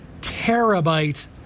terabyte